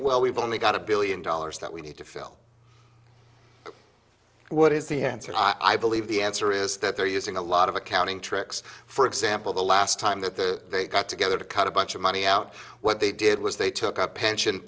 well we've only got a billion dollars that we need to fill what is the answer i believe the answer is that they're using a lot of accounting tricks for example the last time that the they got together to cut a bunch of money out what they did was they took up pension